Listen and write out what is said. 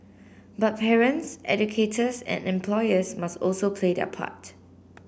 but parents educators and employers must also play their part